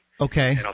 Okay